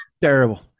Terrible